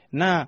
na